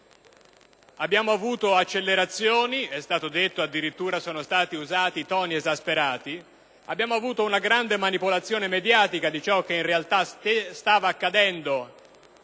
Abbiamo avuto accelerazioni; è stato addirittura detto che sono stati usati toni esasperati. Abbiamo avuto una grande manipolazione mediatica di ciò che in realtà stava accadendo